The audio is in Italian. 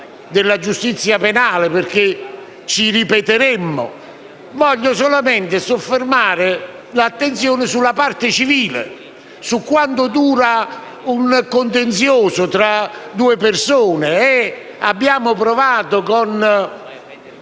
della giustizia penale perché ci ripeteremmo, ma voglio solamente soffermare l'attenzione sulla parte civile, su quanto dura un contenzioso tra due persone. Abbiamo provato, con